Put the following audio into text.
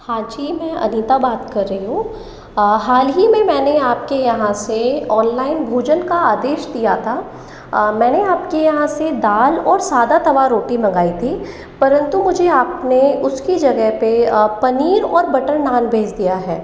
हां जी मैं अदिता बात कर रही हूँ हाल ही में मैंने आपके यहां से ऑनलाइन भोजन का आदेश दिया था मैंने आपके यहाँ से दाल और सादा तवा रोटी मंगाई थी परंतु मुझे आपने उसकी जगह पे पनीर और बटर नान भेज दिया है